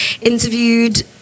interviewed